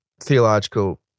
theological